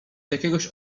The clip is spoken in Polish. jakiegoś